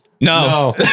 No